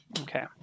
Okay